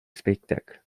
spectacle